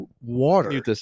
water